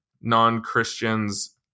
non-Christians